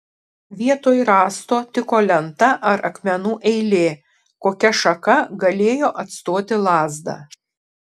vietoj rąsto tiko lenta ar akmenų eilė kokia šaka galėjo atstoti lazdą